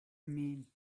mean